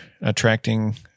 attracting